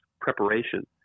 preparation